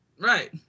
Right